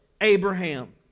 Abraham